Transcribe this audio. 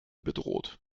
bedroht